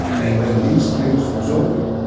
and when these rivers froze over,